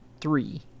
three